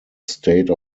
state